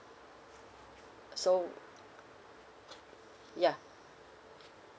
so ya